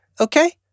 Okay